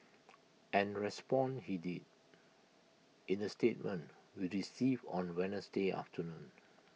and respond he did in A statement we received on Wednesday afternoon